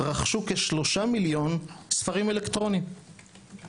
רכשו כ-3 מיליון ספרים אלקטרוניים